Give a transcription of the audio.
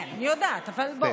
כן, אני יודעת, אבל בוא.